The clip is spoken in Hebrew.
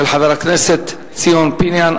של חבר הכנסת ציון פיניאן,